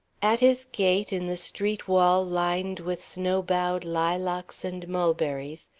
at his gate in the street wall lined with snow-bowed lilacs and mulberries,